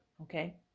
okay